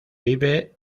vive